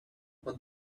what